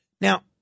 Now